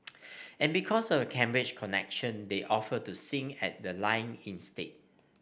and because of the Cambridge connection they offered to sing at the lying in state